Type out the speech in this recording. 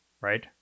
right